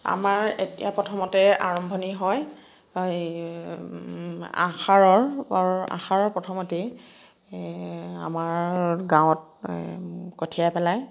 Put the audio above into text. আমাৰ এতিয়া প্ৰথমতে আৰম্ভণি হয় আহাৰৰ অৰ আহাৰৰ প্ৰথমতেই আমাৰ গাঁৱত কঠীয়া পেলায়